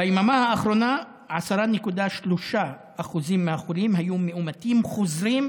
ביממה האחרונה 10.3% מהחולים היו מאומתים חוזרים,